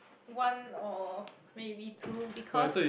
one or maybe two because